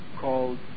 called